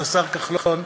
את השר כחלון,